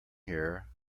here